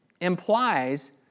implies